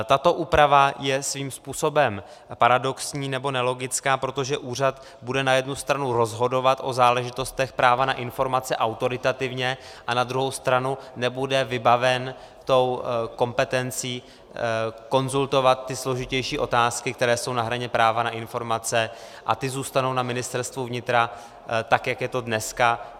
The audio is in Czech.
Tato úprava je svým způsobem paradoxní, nebo nelogická, protože úřad bude na jednu stranu rozhodovat o záležitostech práva na informace autoritativně a na druhou stranu nebude vybaven kompetencí konzultovat ty složitější otázky, které jsou na hraně práva na informace, ty zůstanou na Ministerstvu vnitra, tak jak je to dneska.